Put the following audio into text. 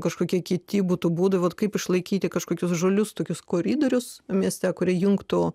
kažkokie kiti būtų būdai vat kaip išlaikyti kažkokius žalius tokius koridorius mieste kurie jungtų